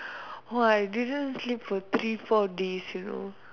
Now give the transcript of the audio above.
ah I didn't sleep for three four days you know